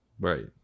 Right